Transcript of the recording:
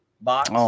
box